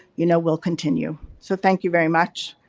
you know, will continue. so, thank you very much.